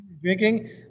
drinking